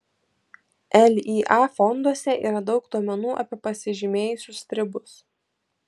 lya fonduose yra daug duomenų apie pasižymėjusius stribus